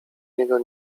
niego